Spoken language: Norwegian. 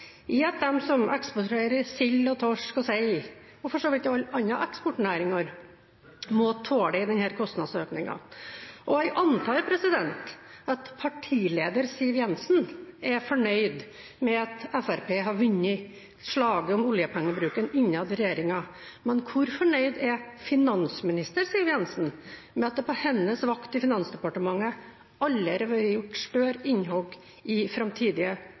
i at de som eksporterer sild, torsk og sei – og for så vidt også andre eksportnæringer – må tåle denne kostnadsøkningen? Jeg antar at partileder Siv Jensen er fornøyd med at Fremskrittspartiet har vunnet slaget om oljepengebruken innad i regjeringen, men hvor fornøyd er finansminister Siv Jensen med at det på hennes vakt i Finansdepartementet aldri har vært gjort et større innhogg i framtidige